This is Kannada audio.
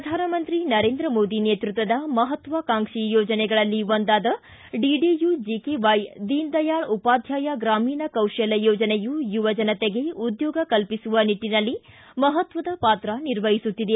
ಪ್ರಧಾನಮಂತ್ರಿ ನರೇಂದ್ರ ಮೋದಿ ನೇತೃತ್ವದ ಮಹತ್ವಾಕಾಂಕ್ಷಿ ಯೋಜನೆಗಳಲ್ಲಿ ಒಂದಾದ ಡಿಡಿಯು ಜಕೆವಾಯ್ ದೀನ್ ದಯಾಳ ಉಪಾಧ್ಯಾಯ ಗ್ರಾಮೀಣ ಕೌಶಲ್ಯ ಯೋಜನೆಯು ಯುವ ಜನತೆಗೆ ಉದ್ಯೋಗ ಕಲ್ಪಿಸುವ ನಿಟ್ಟನಲ್ಲಿ ಮಹತ್ವದ ಪಾತ್ರ ನಿರ್ವಹಿಸುತ್ತಿದೆ